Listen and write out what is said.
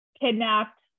kidnapped